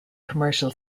commercial